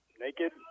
Naked